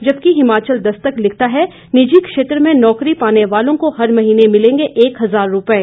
जबकि हिमाचल दस्तक लिखता है निजी क्षेत्र में नौकरी पाने वालों को हर महीने मिलेंगे एक हजार रूपये